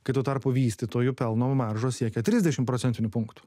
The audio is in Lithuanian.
kai tuo tarpu vystytojų pelno maržos siekia trisdešim procentinių punktų